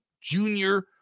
junior